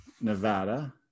Nevada